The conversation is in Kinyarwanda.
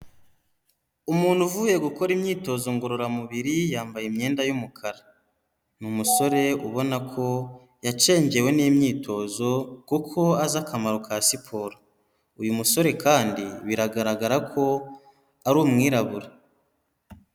Umuntu uvuye gukora imyitozo ngororamubiri, yambaye imyenda y'umukara. Ni umusore ubona ko, yacengewe n'imyitozo, kuko azi akamaro ka siporo. Uyu musore kandi biragaragara ko ari umwirabura.